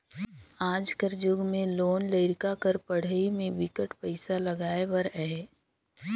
आज कर जुग में लोग लरिका कर पढ़ई में बिकट पइसा लगाए बर अहे